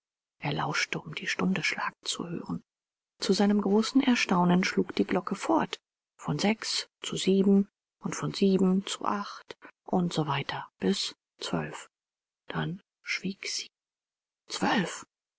er lauschte um die stunde schlagen zu hören zu seinem großen erstaunen schlug die glocke fort von sechs zu sieben und von sieben zu acht und so weiter bis zwölf dann schwieg sie zwölf